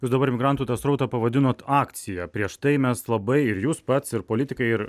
jūs dabar migrantų tą srautą pavadinot akciją prieš tai mes labai ir jūs pats ir politikai ir